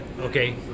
Okay